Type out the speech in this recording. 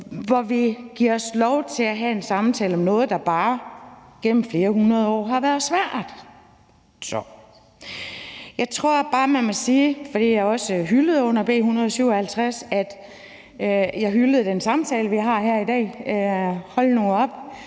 hvor vi giver os lov til at have en samtale om noget, der bare gennem flere hundrede år har været svært. Jeg tror bare, man må sige, at jeg også hyldede den samtale, vi havde under B 157 her i dag. Hold nu op,